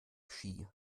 ski